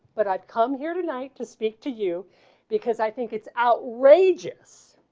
but i've come here tonight to speak to you because i think it's outrageous,